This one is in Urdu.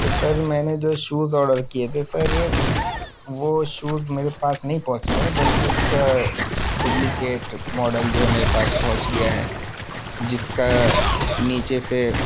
تو سر میں نے جو شوز آڈر کیے تھے سر اس وہ شوز میرے پاس نہیں پہنچے ہیں بلکہ اس کا ڈبلیکیٹ ماڈل جو ہے میرے پاس پہنچ گیا ہے جس کا نیچے سے